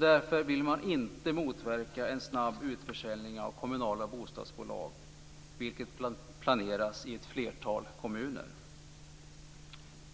Därför vill man inte motverka en snabb utförsäljning av kommunala bostadsbolag, vilket planeras i ett flertal kommuner.